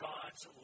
God's